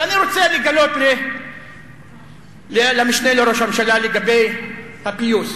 ואני רוצה לגלות למשנה לראש הממשלה, לגבי הפיוס,